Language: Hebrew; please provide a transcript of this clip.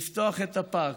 ולפתיחה של הפארק,